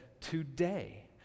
today